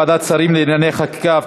ועדת שרים לענייני חקיקה),